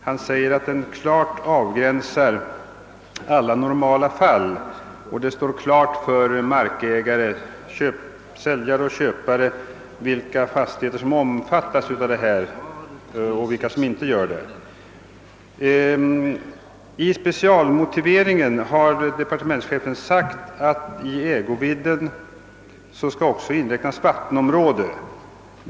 Han säger att den klart avgränsar alla normala fall och att det står klart för markägare, säljare och köpare vilka fastigheter som omfattas av förköpsrätten och vilka som inte gör det. I specialmotiveringen har departementschefen sagt att i en fastighets ägovidd också skall inräknas vattenområde.